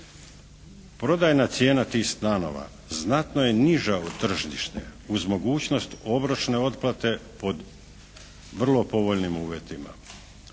Prodajna cijena tih stanova znatno je niža od tržišne uz mogućnost obročne otplate pod vrlo povoljnim uvjetima.